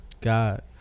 god